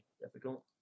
difficult